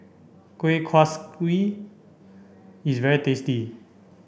Kueh Kaswi is very tasty